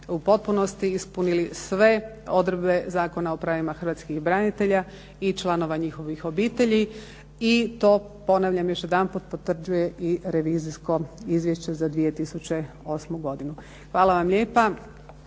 u potpunosti ispunili sve odredbe Zakona o pravima hrvatskih branitelja i članova njihovih obitelji i to ponavljam još jedanput potvrđuje i revizijsko izvješće za 2008. godinu. Hvala vam lijepa